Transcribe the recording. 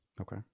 Okay